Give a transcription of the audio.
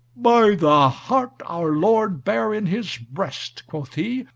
by the heart our lord bare in his breast, quoth he,